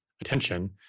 attention